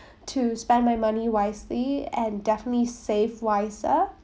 to spend my money wisely and definitely save wiser